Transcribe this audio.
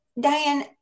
Diane